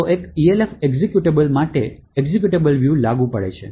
તો એક Elf executable માટે એક્ઝેક્યુટેબલ વ્યૂ લાગુ પડે છે